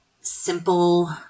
simple